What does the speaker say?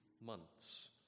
months